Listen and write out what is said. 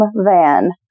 van